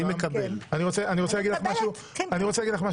אני מקבלת את העצה שלך.